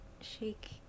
shake